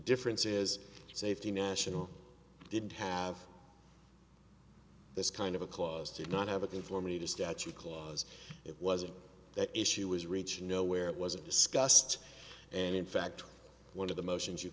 difference is safety national didn't have this kind of a clause did not have a thing for me to statue because it wasn't that issue was reaching nowhere it wasn't discussed and in fact one of the motions you